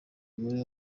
umubare